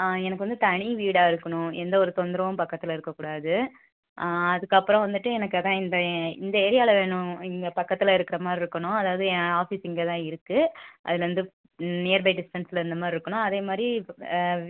ஆ எனக்கு வந்து தனி வீடாக இருக்கணும் எந்த ஒரு தொந்தரவும் பக்கத்தில் இருக்கக் கூடாது அதுக்குப்புறோம் வந்துட்டு எனக்கு அதுதான் இந்த இந்த ஏரியாவில் வேணும் இங்கே பக்கத்தில் இருக்கிற மாதிரி இருக்கணும் அதாவது என் ஆஃபீஸ் இங்கே தான் இருக்குது அதுலிருந்து நியர்பை டிஸ்டன்ஸில் இந்த மாதிரி இருக்கணும் அதேமாதிரி